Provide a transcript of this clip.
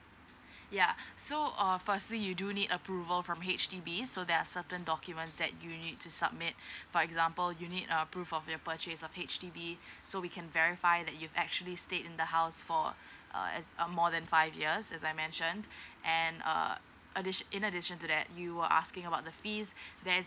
yeah so err firstly you do need approval from H_D_B so there are certain documents that you need to submit for example you need approve of your purchase of H_D_B so we can verify that you've actually stayed in the house for uh more than five years as I mentioned and err addi~ in addition to that you were asking about the fees there's